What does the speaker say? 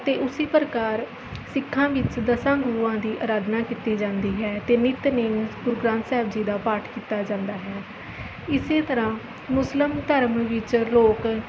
ਅਤੇ ਉਸ ਹੀ ਪ੍ਰਕਾਰ ਸਿੱਖਾਂ ਵਿੱਚ ਦਸਾਂ ਗੁਰੂਆਂ ਦੀ ਅਰਾਧਨਾ ਕੀਤੀ ਜਾਂਦੀ ਹੈ ਅਤੇ ਨਿਤਨੇਮ ਗੁਰੂ ਗ੍ਰੰਥ ਸਾਹਿਬ ਜੀ ਦਾ ਪਾਠ ਕੀਤਾ ਜਾਂਦਾ ਹੈ ਇਸ ਤਰ੍ਹਾਂ ਮੁਸਲਿਮ ਧਰਮ ਵਿੱਚ ਲੋਕ